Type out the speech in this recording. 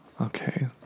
Okay